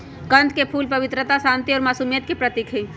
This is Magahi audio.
कंद के फूल पवित्रता, शांति आ मासुमियत के प्रतीक हई